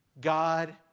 God